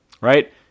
right